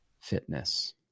fitness